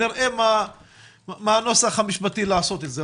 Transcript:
נראה מה הנוסח המשפטי לעשות את זה.